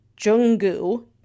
Junggu